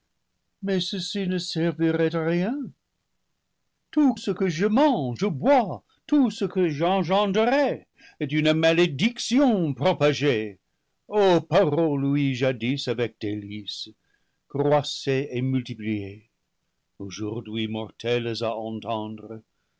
mais ceci ne servirait à rien tout ce que je mange ou bois tout ce que j'engendrerai est une malé diction propagée o parole ouïe jadis avec délices croissez et multipliez aujourd'hui mortelles à entendre